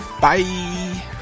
bye